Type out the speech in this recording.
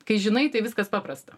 kai žinai tai viskas paprasta